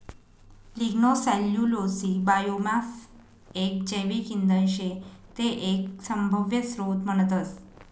lignocellulosic biomass एक जैविक इंधन शे ते एक सभव्य स्त्रोत म्हणतस